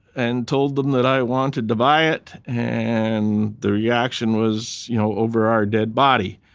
and told them that i wanted to buy it. and the reaction was, you know over our dead body.